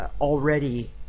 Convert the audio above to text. already